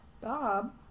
Bob